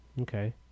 Okay